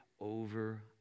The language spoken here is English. over